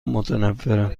متنفرم